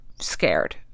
scared